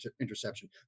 interception